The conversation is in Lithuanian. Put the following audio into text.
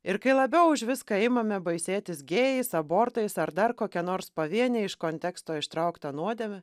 ir kai labiau už viską imame baisėtis gėjais abortais ar dar kokia nors pavieniai iš konteksto ištrauktą nuodėmę